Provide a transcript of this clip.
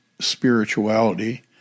spirituality